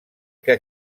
que